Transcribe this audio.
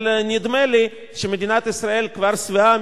אבל נדמה לי שמדינת ישראל כבר שבעה